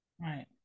Right